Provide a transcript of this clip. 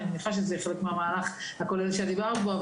אני מניחה שזה יהיה חלק מהמהלך הכולל שדובר פה.